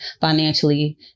financially